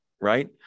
right